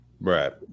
Right